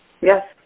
Yes